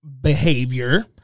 behavior